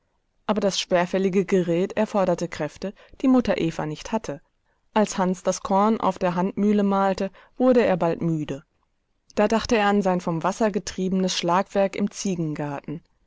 aber das schwerfällige gerät erforderte kräfte die mutter eva nicht hatte als hans das korn auf der handmühle mahlte wurde er bald müde da dachte er an sein vom wasser getriebenes schlagwerk im